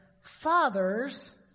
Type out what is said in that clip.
fathers